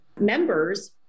members